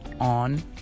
on